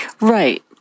Right